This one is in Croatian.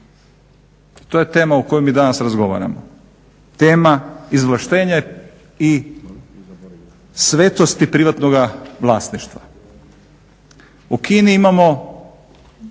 To je tema o kojoj mi danas razgovaramo, tema izvlaštenja i svetosti privatnoga vlasništva. U Kini imamo